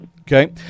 Okay